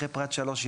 אחרי פרט 3,